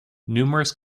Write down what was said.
numerous